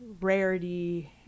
rarity